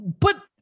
But-